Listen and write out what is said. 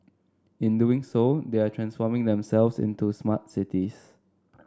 in doing so they are transforming themselves into smart cities